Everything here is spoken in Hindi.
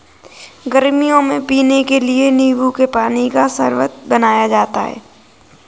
गर्मियों में पीने के लिए नींबू के पानी का शरबत बनाया जाता है